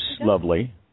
lovely